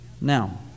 Now